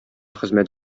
хезмәт